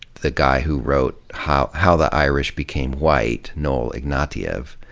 the guy who wrote how how the irish became white, noel ignatiev.